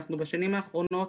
בשנים האחרונות,